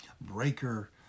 Breaker